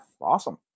awesome